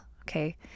okay